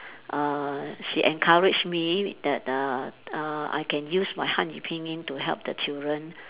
uh she encouraged me that uh uh I can use my hanyu pinyin to help the children